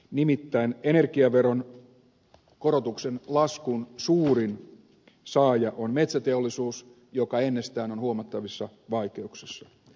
nimittäin energiaveron korotuksen laskun suurin saaja on metsäteollisuus joka ennestään on huomattavissa vaikeuksissa